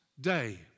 day